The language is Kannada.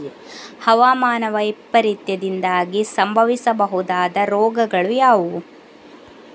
ಹವಾಮಾನ ವೈಪರೀತ್ಯದಿಂದಾಗಿ ಸಂಭವಿಸಬಹುದಾದ ರೋಗಗಳು ಯಾವುದು?